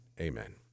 Amen